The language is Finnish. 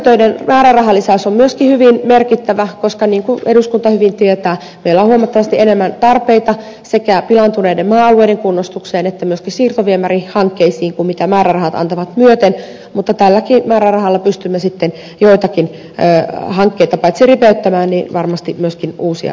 ympäristötöiden määrärahalisäys on myöskin hyvin merkittävä koska niin kuin eduskunta hyvin tietää meillä on huomattavasti enemmän tarpeita sekä pilaantuneiden maa alueiden kunnostukseen että myöskin siirtoviemärihankkeisiin kuin määrärahat antavat myöten mutta tälläkin määrärahalla pystymme paitsi ripeyttämään joitakin hankkeita varmasti myöskin uusia toteuttamaan